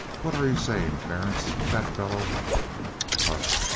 what are you saying, terence? that fellow hush!